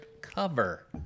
cover